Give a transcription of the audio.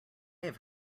have